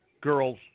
girls